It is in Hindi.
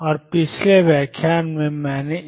और पिछले व्याख्यान में मैंने इसेψxt अंकन दिया था